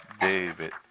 David